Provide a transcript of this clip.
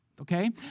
okay